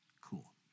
Cool